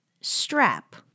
strap